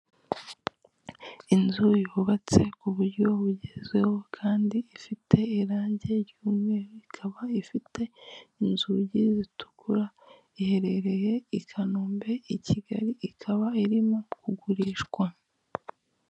Inzu yubatse k'uburyo bugezweho kandi ifite irangi ry'umye ikaba ifite inzugi zitukura, iherereye i Kanombe i Kigali ikaba irimo kugurishwa.